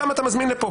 אותם אתה מזמין לפה,